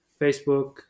Facebook